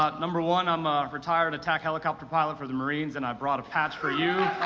ah number one i'm a retired attack helicopter pilot for the marines and i brought a patch for you.